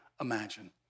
imagine